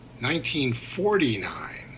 1949